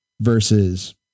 versus